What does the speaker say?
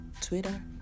Twitter